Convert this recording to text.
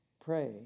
pray